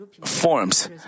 forms